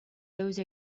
those